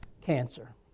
cancer